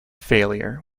failure